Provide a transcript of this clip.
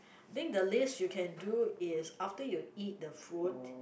think the least you can do is after you eat the food